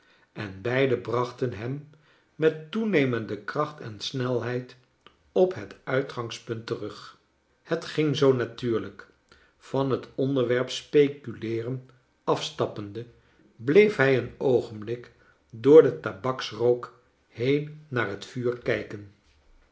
en beide brachten hem met toenemende kracht en snelheid op het uitgangspunt terug het ging zoo natuurlijk van het onderwerp speculeeren afstappende bleef hij een oogenblik door den tabaksrook heen naar het vuur kijken